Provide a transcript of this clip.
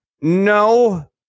no